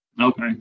Okay